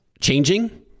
changing